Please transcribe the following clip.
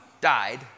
died